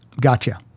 Gotcha